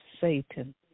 Satan